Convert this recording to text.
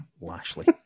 Lashley